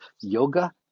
yoga